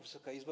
Wysoka Izbo!